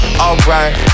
alright